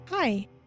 Hi